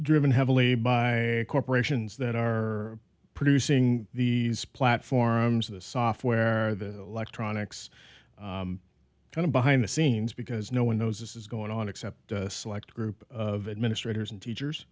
driven heavily by corporations that are producing these platforms the software the electronics behind the scenes because no one knows this is going on except select group of administrators and teachers